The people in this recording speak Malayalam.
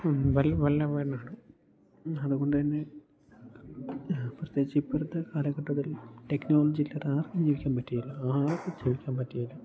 വെൽ അവേരാണ് അതുകൊണ്ട് തന്നെ പ്രത്യേകിച്ച് ഇപ്പോഴത്തെ കാലഘട്ടത്തിൽ ടെക്നോളജിയില്ലാതെ ആർക്കും ജീവിക്കാൻ പറ്റിയേല ആർക്കും ജീവിക്കാൻ പറ്റിയേല